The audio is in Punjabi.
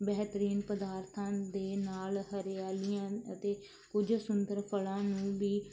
ਬਿਹਤਰੀਨ ਪਦਾਰਥਾਂ ਦੇ ਨਾਲ ਹਰਿਆਲੀਆਂ ਅਤੇ ਕੁਝ ਸੁੰਦਰ ਫਲਾਂ ਨੂੰ ਵੀ